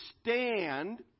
stand